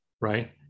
Right